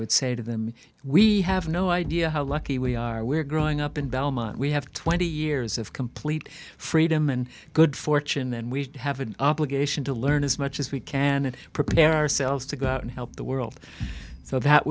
would say to them we have no idea how lucky we are we're growing up in belmont we have twenty years of complete freedom and good fortune and we have an obligation to learn as much as we can and prepare ourselves to go out and help the world so that